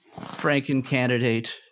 Franken-candidate